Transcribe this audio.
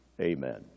amen